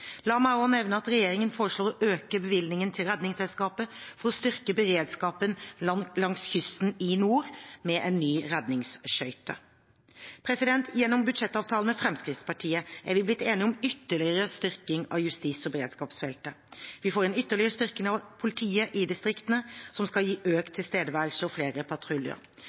La meg også nevne at regjeringen foreslår å øke bevilgningen til Redningsselskapet for å styrke beredskapen langs kysten i nord med en ny redningsskøyte. Gjennom budsjettavtalen med Fremskrittspartiet er vi blitt enige om en ytterligere styrking av justis- og beredskapsfeltet. Vi får en ytterligere styrking av politiet i distriktene, som skal gi økt tilstedeværelse og flere patruljer.